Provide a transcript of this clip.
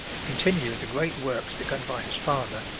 continued the great works begun by his father,